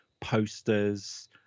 posters